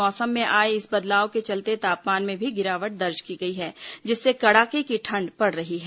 मौसम में आए इस बदलाव के चलते तापमान में भी गिरावट दर्ज की गई है जिससे कड़ाके की ठंड पड़ रही है